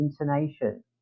intonation